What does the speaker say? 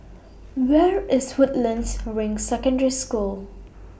Where IS Woodlands Ring Secondary School